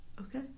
Okay